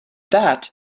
that